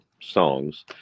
songs